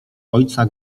ojca